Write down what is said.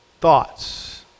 thoughts